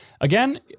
Again